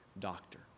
doctor